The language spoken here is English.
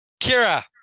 Kira